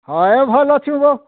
ହଏ ଭଲ୍ ଅଛୁ ବୋ